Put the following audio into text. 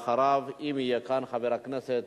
אחריו, אם יהיה כאן, חבר הכנסת